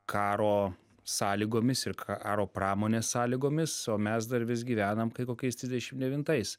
karo sąlygomis ir karo pramonės sąlygomis o mes dar vis gyvenam kaip kokiais trisdešim devintais